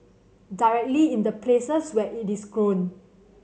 directly in the places where it is grown